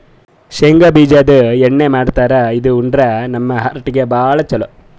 ಶೇಂಗಾ ಬಿಜಾದು ಎಣ್ಣಿ ಮಾಡ್ತಾರ್ ಇದು ಉಂಡ್ರ ನಮ್ ಹಾರ್ಟಿಗ್ ಭಾಳ್ ಛಲೋ